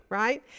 right